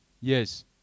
Yes